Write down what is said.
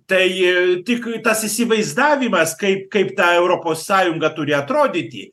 tai tik tas įsivaizdavimas kaip kaip ta europos sąjunga turi atrodyti